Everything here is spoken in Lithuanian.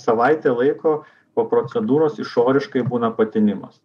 savaitė laiko po procedūros išoriškai būna patinimas